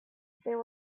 there